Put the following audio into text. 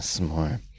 More